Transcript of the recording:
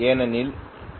ஏனெனில் எச்